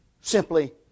simply